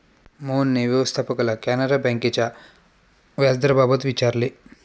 मोहनने व्यवस्थापकाला कॅनरा बँकेच्या व्याजदराबाबत विचारले